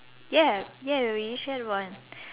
ya ya we use that one